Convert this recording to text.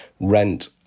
rent